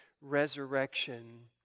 resurrection